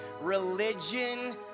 Religion